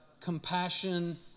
compassion